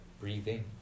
breathing